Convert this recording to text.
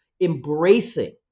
embracing